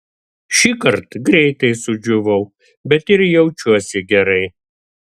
šįkart greitai sudžiūvau bet ir jaučiuosi gerai